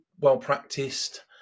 well-practiced